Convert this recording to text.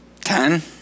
Ten